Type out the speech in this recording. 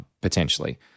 potentially